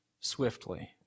swiftly